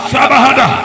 Sabahada